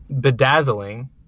Bedazzling